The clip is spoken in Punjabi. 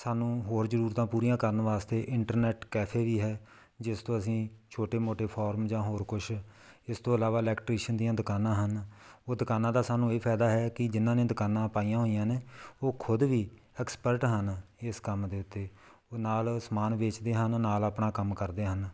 ਸਾਨੂੰ ਹੋਰ ਜ਼ਰੂਰਤਾਂ ਪੂਰੀਆਂ ਕਰਨ ਵਾਸਤੇ ਇੰਟਰਨੈਟ ਕੈਫੇ ਵੀ ਹੈ ਜਿਸ ਤੋਂ ਅਸੀਂ ਛੋਟੇ ਮੋਟੇ ਫੋਰਮ ਜਾਂ ਹੋਰ ਕੁਛ ਇਸ ਤੋਂ ਇਲਾਵਾ ਇਲੈਕਟ੍ਰੀਸ਼ੀਅਨ ਦੀਆਂ ਦੁਕਾਨਾਂ ਹਨ ਉਹ ਦੁਕਾਨਾਂ ਦਾ ਸਾਨੂੰ ਇਹ ਫ਼ਾਇਦਾ ਹੈ ਕਿ ਜਿਨ੍ਹਾਂ ਨੇ ਦੁਕਾਨਾਂ ਪਾਈਆਂ ਹੋਈਆਂ ਨੇ ਉਹ ਖੁਦ ਵੀ ਐਕਸਪਰਟ ਹਨ ਇਸ ਕੰਮ ਦੇ ਉੱਤੇ ਉਹ ਨਾਲ ਸਮਾਨ ਵੇਚਦੇ ਹਨ ਨਾਲ ਆਪਣਾ ਕੰਮ ਕਰਦੇ ਹਨ